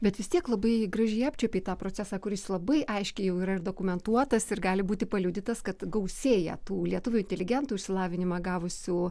bet vis tiek labai gražiai apčiuopei tą procesą kuris labai aiškiai jau yra ir dokumentuotas ir gali būti paliudytas kad gausėja tų lietuvių inteligentų išsilavinimą gavusių